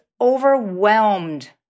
overwhelmed